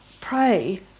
pray